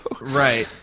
Right